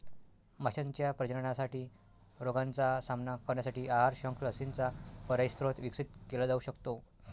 माशांच्या प्रजननासाठी रोगांचा सामना करण्यासाठी आहार, शंख, लसींचा पर्यायी स्रोत विकसित केला जाऊ शकतो